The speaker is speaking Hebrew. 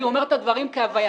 אני אומר את הדברים כהווייתם,